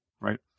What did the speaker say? right